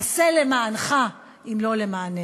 עשה למענך, אם לא למעננו.